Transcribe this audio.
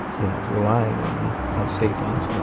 you know, relying on on state funds